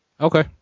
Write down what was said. Okay